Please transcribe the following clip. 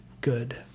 good